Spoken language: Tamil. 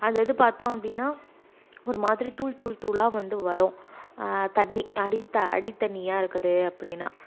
அது அது பார்த்தோம் அப்படின்னா ஒரு மாதிரி தூள் தூள் தூளாக வந்து வரும் தண்ணி அடி அடித்தண்ணியாக இருக்குது அப்படினா